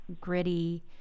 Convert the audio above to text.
gritty